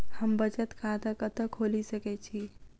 हम बचत खाता कतऽ खोलि सकै छी?